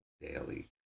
daily